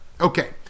Okay